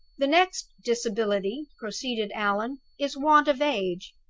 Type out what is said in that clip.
the next disability proceeded allan, is want of age.